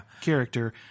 character